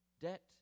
Debt